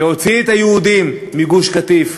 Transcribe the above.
שהוציא את היהודים מגוש-קטיף.